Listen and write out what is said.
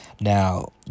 Now